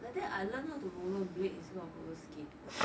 like that I learn how to rollerblade instead of rollerskate